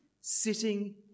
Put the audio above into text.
sitting